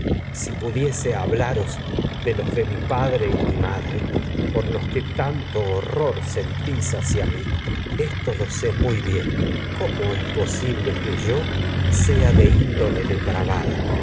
si y pudiese los que hablaros tanto de los de mi padre mi mi madre pol horror sentís hacia esto lo s p muy tragedias de sófocles bien si cómo he es posible más que yo sea de índole depravada